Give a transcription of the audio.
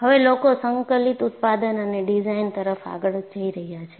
હવે લોકો સંકલિત ઉત્પાદન અને ડિઝાઇન તરફ આગળ જઈ રહ્યા છે